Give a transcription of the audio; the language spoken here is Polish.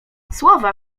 słowa